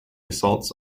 assaults